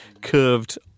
curved